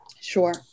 sure